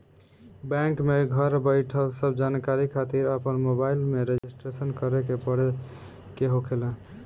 bank में घर बईठल सब जानकारी खातिर अपन मोबाईल के रजिस्टर करे के पड़े के होखेला